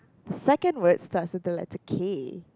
second word starts with the letter K